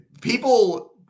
people